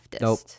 Nope